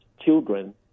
children